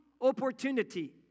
opportunity